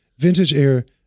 vintageair